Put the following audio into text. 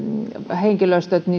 henkilöstö